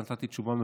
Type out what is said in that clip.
ונתתי תשובה מפורטת,